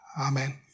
amen